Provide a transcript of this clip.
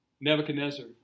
Nebuchadnezzar